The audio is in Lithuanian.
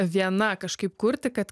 viena kažkaip kurti kad